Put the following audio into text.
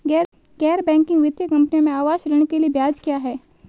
गैर बैंकिंग वित्तीय कंपनियों में आवास ऋण के लिए ब्याज क्या है?